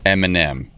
Eminem